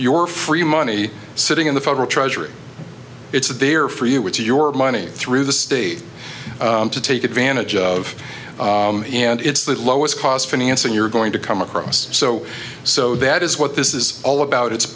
your free money sitting in the federal treasury it's there for you with your money through the state to take advantage of and it's the lowest cost financing you're going to come across so so that is what this is all about it's